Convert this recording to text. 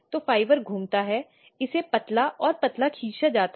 अब यह एक बहुत ही महत्वपूर्ण हिस्सा है